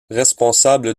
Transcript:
responsable